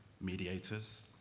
mediators